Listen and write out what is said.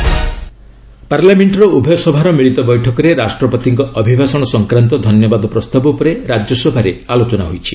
Rajya Sabha discussion ପାର୍ଲାମେଣ୍ଟର ଉଭୟ ସଭାର ମିଳିତ ବୈଠକରେ ରାଷ୍ଟ୍ରପତିଙ୍କ ଅଭିଭାଷଣ ସଂକ୍ରାନ୍ତ ଧନ୍ୟବାଦ ପ୍ରସ୍ତାବ ଉପରେ ରାଜ୍ୟସଭାରେ ଆଲୋଚନା ହୋଇଛି